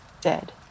dead